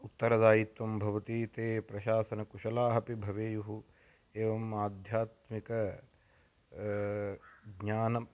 उत्तरदायित्वं भवति ते प्रशासनकुशलाः अपि भवेयुः एवम् आध्यात्मिक ज्ञानम्